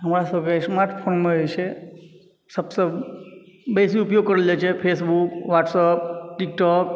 हमरा सभ के स्मार्टफोनमे जे छै सभसँ बेसी उपयोग करल जाइ छै फेसबुक व्हाट्सअप टिकटोक